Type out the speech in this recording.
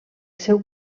seu